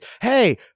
Hey